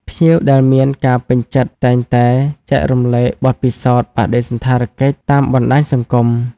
ភ្ញៀវដែលមានការពេញចិត្តតែងតែចែករំលែកបទពិសោធន៍បដិសណ្ឋារកិច្ចតាមបណ្តាញសង្គម។